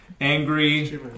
angry